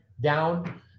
down